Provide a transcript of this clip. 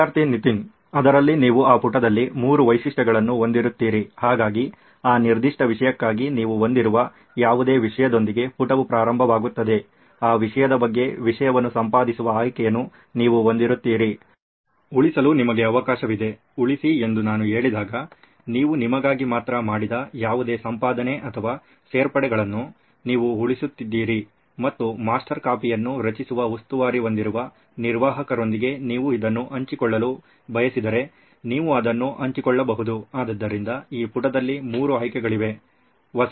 ವಿದ್ಯಾರ್ಥಿ ನಿತಿನ್ ಅದರಲ್ಲಿ ನೀವು ಆ ಪುಟದಲ್ಲಿ ಮೂರು ವೈಶಿಷ್ಟ್ಯಗಳನ್ನು ಹೊಂದಿರುತ್ತೀರಿ ಹಾಗಾಗಿ ಆ ನಿರ್ದಿಷ್ಟ ವಿಷಯಕ್ಕಾಗಿ ನೀವು ಹೊಂದಿರುವ ಯಾವುದೇ ವಿಷಯದೊಂದಿಗೆ ಪುಟವು ಪ್ರಾರಂಭವಾಗುತ್ತದೆ ಆ ವಿಷಯದ ಬಗ್ಗೆ ವಿಷಯವನ್ನು ಸಂಪಾದಿಸುವ ಆಯ್ಕೆಯನ್ನು ನೀವು ಹೊಂದಿರುತ್ತೀರಿ ಉಳಿಸಲು ನಿಮಗೆ ಅವಕಾಶವಿದೆ ಉಳಿಸಿ ಎಂದು ನಾನು ಹೇಳಿದಾಗ ನೀವು ನಿಮಗಾಗಿ ಮಾತ್ರ ಮಾಡಿದ ಯಾವುದೇ ಸಂಪಾದನೆ ಅಥವಾ ಸೇರ್ಪಡೆಗಳನ್ನು ನೀವು ಉಳಿಸುತ್ತಿದ್ದೀರಿ ಮತ್ತು ಮಾಸ್ಟರ್ ಕಾಪಿಯನ್ನು ರಚಿಸುವ ಉಸ್ತುವಾರಿ ಹೊಂದಿರುವ ನಿರ್ವಾಹಕರೊಂದಿಗೆ ನೀವು ಇದನ್ನು ಹಂಚಿಕೊಳ್ಳಲು ಬಯಸಿದರೆ ನೀವು ಅದನ್ನು ಹಂಚಿಕೊಳ್ಳಬಹುದು ಆದ್ದರಿಂದ ಈ ಪುಟದಲ್ಲಿ ಮೂರು ಆಯ್ಕೆಗಳಿವೆ